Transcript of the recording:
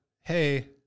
hey